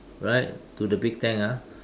right to the big tank ah